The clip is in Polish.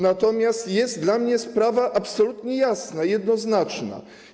Natomiast jest dla mnie sprawa absolutnie jasna, jednoznaczna.